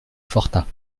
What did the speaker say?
fortin